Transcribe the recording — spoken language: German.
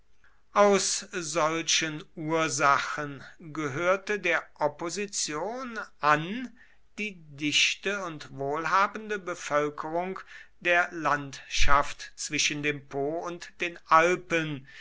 aus solchen ursachen gehörte der opposition an die dichte und wohlhabende bevölkerung der landschaft zwischen dem po und den alpen